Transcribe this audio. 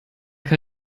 kann